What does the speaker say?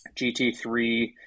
GT3